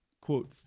quote